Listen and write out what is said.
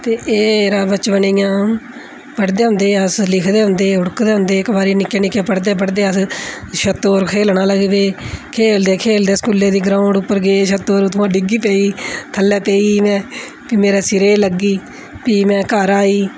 ते एह् बचपन च अ'ऊं पढ़दे होंदे हे अस पढ़दे होंदे है उड़कदे होंदे हे अस निक्के निक्के पढ़दे पढ़दे अस छते र खेलना लगी पे खेलदे खेलदे स्कूलै दी ग्राउंड उपर गे में छत उप्परा डिग्गी पेई थल्लै पेई गेई में फ्ही मेरे सिरै गी लग्गी फ्ही में घर आई